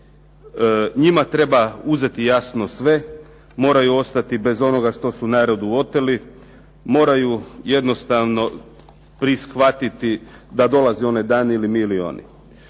Njima treba uzeti jasno sve, moraju ostati bez onoga što su narodu oteli, moraju jednostavno prihvatiti da dolazi onaj dan ili milijuni.